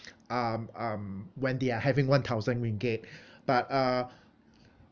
um um when they are having one thousand ringgit but uh